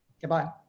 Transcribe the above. Goodbye